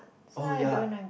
oh ya